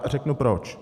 Řeknu proč.